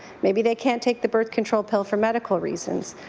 maybe they can't take the birth control for medical reasons.